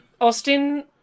Austin